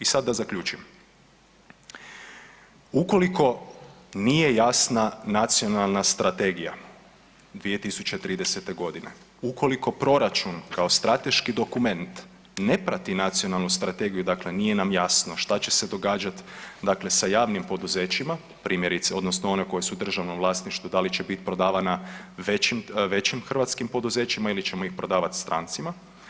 I sad da zaključim, ukoliko nije jasna nacionalna strategija 2030. godine, ukoliko proračun kao strateški dokument ne prati nacionalnu strategiju nije nam jasno šta će se događati sa javnim poduzećima primjerice odnosno one koji su u državnom vlasništvu, da li će biti prodavana većim hrvatskim poduzećima ili ćemo ih prodavati strancima?